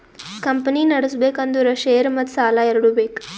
company ನಡುಸ್ಬೆಕ್ ಅಂದುರ್ share ಮತ್ತ ಸಾಲಾ ಎರಡು ಬೇಕ್